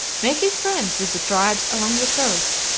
making friends with the tribes along the coast,